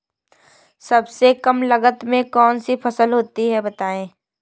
सबसे कम लागत में कौन सी फसल होती है बताएँ?